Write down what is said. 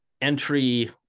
entry